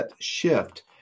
shift